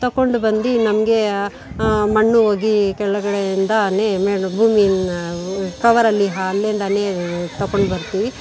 ತಕೊಂಡು ಬಂದು ನಮಗೆ ಮಣ್ಣು ಹೋಗಿ ಕೆಳಗಡೆಯಿಂದನೆ ಮೇಲು ಭೂಮಿ ಕವರಲ್ಲಿ ಅಲ್ಲಿಂದಾನೆ ತಕೊಂಡು ಬರ್ತೀವಿ